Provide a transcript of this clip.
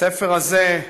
הספר הזה,